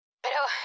pero